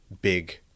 big